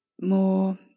more